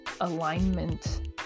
alignment